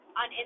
on